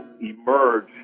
emerge